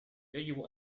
يجب